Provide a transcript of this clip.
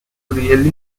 really